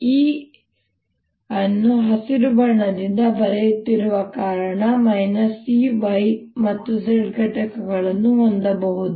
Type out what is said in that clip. ನಾನು E ಅನ್ನು ಹಸಿರು ಬಣ್ಣದಿಂದ ಬರೆಯುತ್ತಿರುವ ಕಾರಣ E y ಮತ್ತು z ಘಟಕಗಳನ್ನು ಹೊಂದಬಹುದು